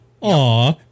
Aw